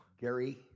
Gary